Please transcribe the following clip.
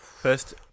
First